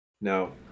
no